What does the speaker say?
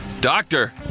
Doctor